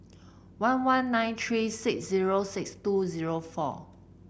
one one nine three six zero six two zero four